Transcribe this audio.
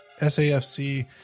SAFC